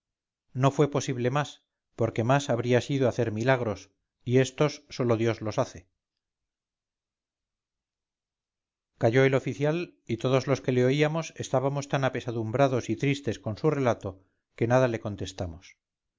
no fue posible más porque más habría sido hacer milagros y estos sólo dios los hace calló el oficial y todos los que le oíamos estábamos tan apesadumbrados y tristes con su relato que nada le contestamos